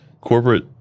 corporate